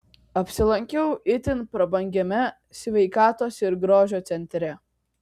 apsilankiau itin prabangiame sveikatos ir grožio centre